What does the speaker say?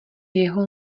jeho